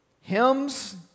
Hymns